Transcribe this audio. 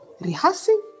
rehearsing